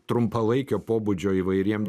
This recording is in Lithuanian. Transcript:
trumpalaikio pobūdžio įvairiem